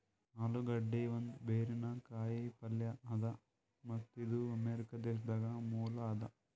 ಆಲೂಗಡ್ಡಿ ಒಂದ್ ಬೇರಿನ ಕಾಯಿ ಪಲ್ಯ ಅದಾ ಮತ್ತ್ ಇದು ಅಮೆರಿಕಾ ದೇಶದ್ ಮೂಲ ಅದಾ